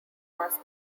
mass